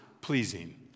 pleasing